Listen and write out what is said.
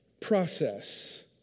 process